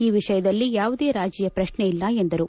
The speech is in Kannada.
ಈ ವಿಷಯದಲ್ಲಿ ಯಾವುದೇ ರಾಜಿಯ ಪ್ರಕ್ನೆಯಿಲ್ಲ ಎಂದರು